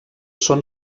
són